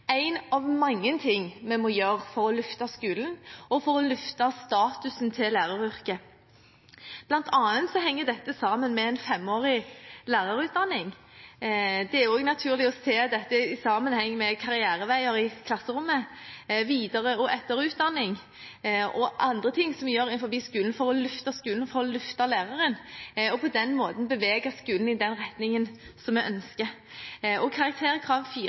en av mange ting vi må gjøre for å løfte skolen og for å løfte statusen til læreryrket. Dette henger bl.a. sammen med en femårig lærerutdanning. Det er også naturlig å se dette i sammenheng med karriereveier i klasserommet, videre- og etterutdanning og andre ting man gjør i skolen, for å løfte skolen, løfte læreren, og på den måten bevege skolen i den retningen som man ønsker. Karakterkrav 4 i matematikk er ett skritt på veien der vi ønsker